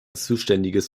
zuständiges